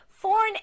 Foreign